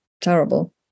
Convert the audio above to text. terrible